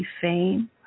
Fame